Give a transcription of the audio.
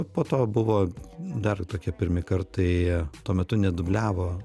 po to buvo dar tokie pirmi kartai tuo metu nedubliavo